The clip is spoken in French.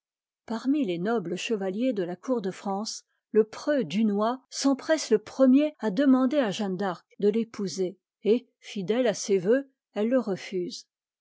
parmi les nobles chevaliers de la cour de france le preux dunois s'empresse le premier à demander à jeanne d'arc de t'épouser et fidèle à ses vœux elle le refuse